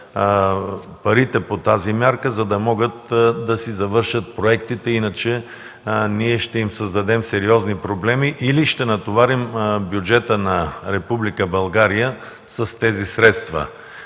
парите по тази мярка, за да могат да си завършат проектите. Иначе ще им създадем сериозни проблеми или ще натоварим бюджета на Република България с тези средства.